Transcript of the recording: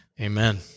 amen